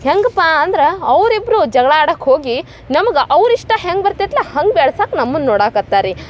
ಹೆಂಗ್ಪಾ ಅಂದ್ರ ಅವ್ರು ಇಬ್ಬರು ಜಗಳ ಆಡಾಕೆ ಹೋಗಿ ನಮ್ಗ ಅವರಿಷ್ಟ ಹೆಂಗೆ ಬರ್ತೈತ್ಲ ಹಂಗೆ ಬೆಳ್ಸಾಕೆ ನಮ್ಮನ್ನ ನೋಡಕತ್ತಾರೆ ರೀ